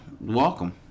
welcome